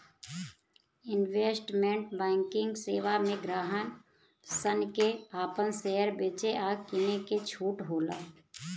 investment banking सेवा में ग्राहक सन के आपन शेयर बेचे आ किने के छूट होला